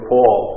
Paul